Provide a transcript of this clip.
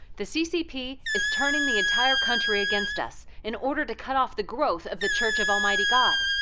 the ccp is turning the entire country against us in order to cut off the growth of the church of almighty god,